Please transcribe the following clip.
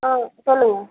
ஆ சொல்லுங்கள்